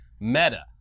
Meta